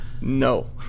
No